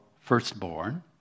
firstborn